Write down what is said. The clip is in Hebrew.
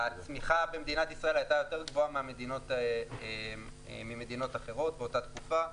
הצמיחה במדינת ישראל הייתה יותר גבוהה ממדינות אחרות באותה תקופה.